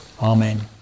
Amen